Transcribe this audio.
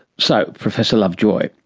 so, professor lovejoy,